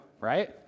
right